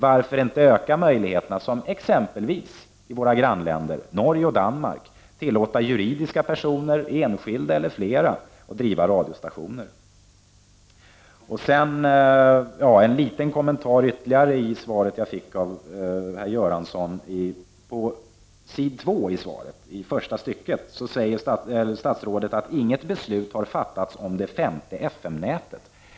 Varför inte utöka möjligheterna, som man gjort i exempelvis våra grannländer Norge och Danmark, och tillåta juridiska personer, enskilda eller andra, att driva radiostationer? Sedan ytterligare en liten kommentar till det svar som jag fick av herr Göransson. I första stycket på s. 2 i det utdelade svaret säger statsrådet att inget beslut har fattats om hur det femte FM-nätet skall användas.